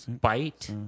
bite